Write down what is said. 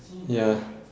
ya